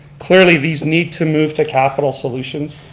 clearly these need to move to capital solutions.